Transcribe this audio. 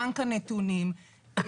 בנק הנתונים,